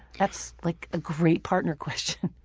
that's like a great partner question.